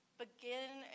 begin